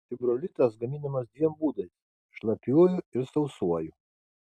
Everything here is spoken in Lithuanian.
fibrolitas gaminamas dviem būdais šlapiuoju ir sausuoju